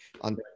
on